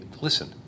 listen